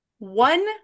One